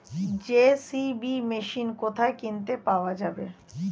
JCB machine কোথায় কিনতে পাওয়া যাবে?